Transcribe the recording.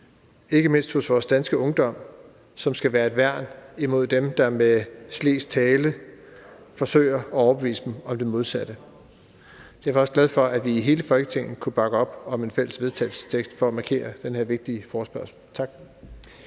ikke mindst hos vores danske ungdom, som skal være et værn imod dem, der med slesk tale forsøger at overbevise dem om det modsatte. Jeg er derfor også glad for, at hele Folketinget kunne bakke op om et fælles forslag til vedtagelse for at markere den her vigtige forespørgsel. Tak.